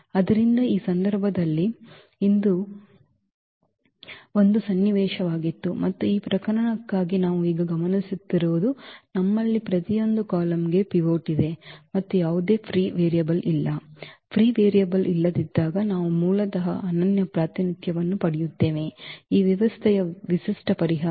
ಆದ್ದರಿಂದ ಆ ಸಂದರ್ಭದಲ್ಲಿ ಇದು ಒಂದು ಸನ್ನಿವೇಶವಾಗಿತ್ತು ಮತ್ತು ಈ ಪ್ರಕರಣಕ್ಕಾಗಿ ನಾವು ಈಗ ಗಮನಿಸುತ್ತಿರುವುದು ನಮ್ಮಲ್ಲಿ ಪ್ರತಿಯೊಂದು ಕಾಲಮ್ಗೆ ಪಿವೋಟ್ ಇದೆ ಮತ್ತು ಯಾವುದೇ ಫ್ರೀ ವೇರಿಯಬಲ್ ಇಲ್ಲ ಫ್ರೀ ವೇರಿಯಬಲ್ ಇಲ್ಲದಿದ್ದಾಗ ನಾವು ಮೂಲತಃ ಅನನ್ಯ ಪ್ರಾತಿನಿಧ್ಯವನ್ನು ಪಡೆಯುತ್ತೇವೆ ಈ ವ್ಯವಸ್ಥೆಯ ವಿಶಿಷ್ಟ ಪರಿಹಾರ